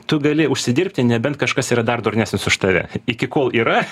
tu gali užsidirbti nebent kažkas yra dar durnesnis už tave iki kol yra